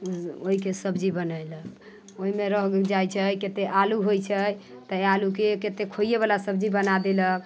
ओहिके सब्जी बनैलक ओहिमे रहि जाइ छै कतेक आलू होइ छै तऽ आलुके कतेक खोइएवला सब्जी बना देलक